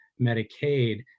Medicaid